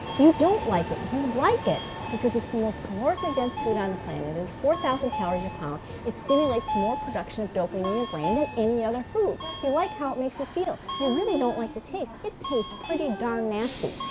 you don't like it. you like it because it's the most calorically dense food on the planet. it's four thousand calories a pound. it stimulates more production of dopamine in your brain than any other food. you like how it makes you feel. you really don't like the taste. it tastes pretty darn nasty.